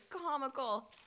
comical